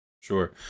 sure